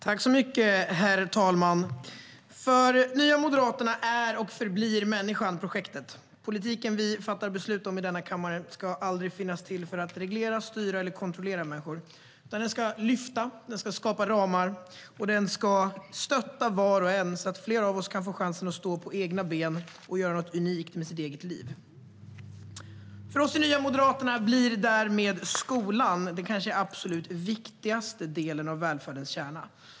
Herr talman! För Nya moderaterna är och förblir människan projektet. Politiken vi fattar beslut om i denna kammare ska aldrig finnas till för att reglera, styra eller kontrollera människor, utan den ska lyfta, skapa ramar och stötta var och en så att fler av oss får chansen att stå på egna ben och göra något unikt med vårt eget liv. För oss i Nya moderaterna blir därför skolan den kanske viktigaste delen av välfärdens kärna.